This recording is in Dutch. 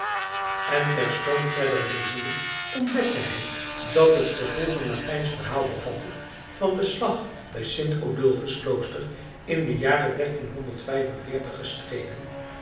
en terstond verder lezende ontdekte hij dat het vervolg een latijnsch verhaal bevatte van den slag bij sint odulfs klooster in de jaren gestreden